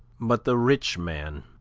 but the rich man